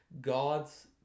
God's